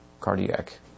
Cardiac